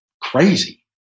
crazy